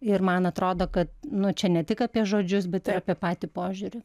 ir man atrodo kad nu čia ne tik apie žodžius bet ir apie patį požiūrį